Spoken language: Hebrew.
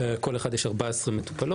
ובכל אחד מהם יש 14 מטופלות,